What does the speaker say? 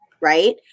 Right